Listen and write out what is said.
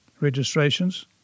registrations